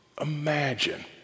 Imagine